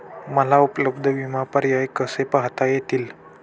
मला उपलब्ध विमा पर्याय कसे पाहता येतील?